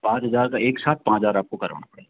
पाँच हजार का एक साथ पाँच हजार आपको करवाना पड़ेगा